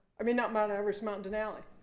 i mean, not mt. everest mt. denali.